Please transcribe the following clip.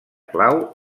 clau